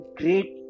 great